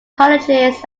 colleges